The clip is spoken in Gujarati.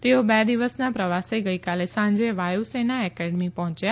તેઓ બે દિવસના પ્રવાસે ગઇકાલે સાંજે વાયુસેના એકેડેમી પર્હોચ્યા